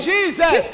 Jesus